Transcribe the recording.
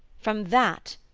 from that,